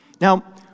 Now